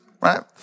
right